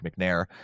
mcnair